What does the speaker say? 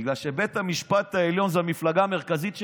בגלל שבית המשפט העליון זו המפלגה המרכזית שלכם.